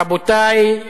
רבותי,